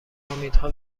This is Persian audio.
امیدها